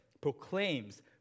proclaims